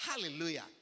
Hallelujah